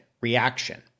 reaction